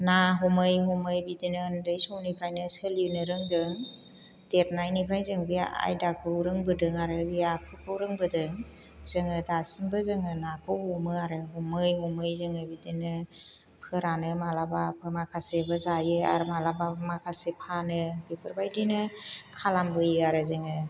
ना हमै हमै बिदिनो उन्दै समनिफ्रायनो सोलिनो रोंदों देरनायनिफ्राय जों बे आयदाखौ रोंबोदों आरो बे आखुखौ रोंबोदों जोङो दासिमबो जोङो नाखौ हमो आरो हमै हमै जोङो बिदिनो फोरानो माब्लाबा माखासेबो जायो आरो माब्लाबा माखासे फानो बेफोरबायदिनो खालामबोयो आरो जोङो